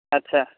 ଆଚ୍ଛା